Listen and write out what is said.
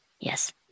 Yes